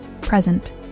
present